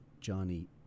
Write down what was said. Johnny